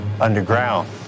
underground